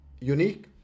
unique